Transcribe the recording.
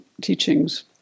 teachings